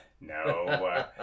No